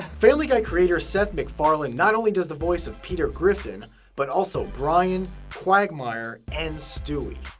family guy creator seth macfarlane not only does the voice of peter griffin but also brian, quagmire, and stewie.